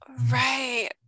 Right